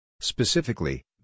Specifically